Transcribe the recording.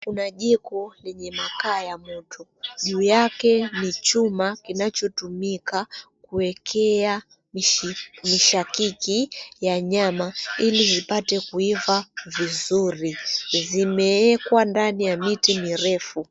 Kuna jiko lenye makaa ya moto. Juu yake ni chuma kinachotumika kuwekea mishi mishakiki ya nyama ili zipate kuiva vizuri. Zimeekwa ndani ya miti mirefu.